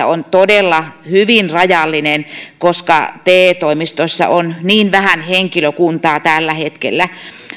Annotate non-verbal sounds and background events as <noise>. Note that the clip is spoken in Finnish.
<unintelligible> on todella hyvin rajallinen koska te toimistoissa on niin vähän henkilökuntaa tällä hetkellä